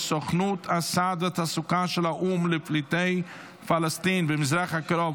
סוכנות הסעד והתעסוקה של האו"ם לפליטי פלסטין במזרח הקרוב